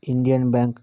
Indian bank